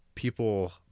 People